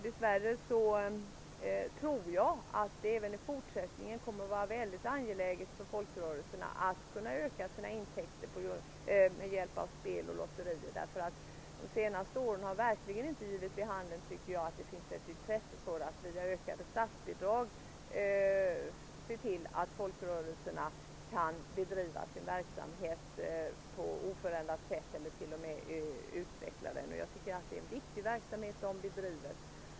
Dess värre tror jag att det även i fortsättningen kommer att bli angeläget för folkrörelserna att kunna öka sina intäkter med hjälp av spel och lotterier. De senaste åren har verkligen inte givit vid handen att det finns ett intresse för att via ökade statsbidrag se till att folkrörelserna kan bedriva sin verksamhet på oförändrat sätt eller t.o.m. utveckla den. Jag tycker att det är en viktig verksamhet som de bedriver.